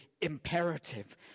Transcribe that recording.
imperative